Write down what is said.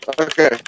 Okay